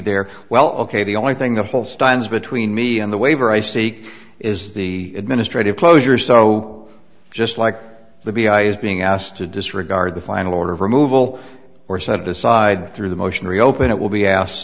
there well ok the only thing the hostiles between me and the waiver i see is the administrative closure so just like the b i is being asked to disregard the final order of removal or set it aside through the motion reopen it will be asked